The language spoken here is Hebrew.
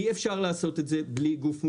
אי אפשר לעשות את זה בלי גוף מוכר.